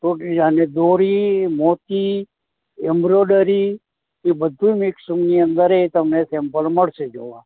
તો કે અને દોરી મોતી એમરોડરી એ બધું મિક્સની અંદર એ તમને સેમ્પલ મળશે જોવા